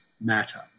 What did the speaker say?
Matter